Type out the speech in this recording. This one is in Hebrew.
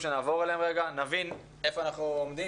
כדי לנסות להבין איפה אנחנו עומדים